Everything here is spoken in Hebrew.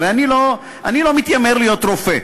הרי אני לא מתיימר להיות רופא,